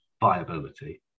viability